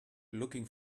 looking